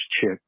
chick